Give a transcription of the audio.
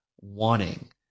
wanting